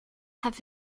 have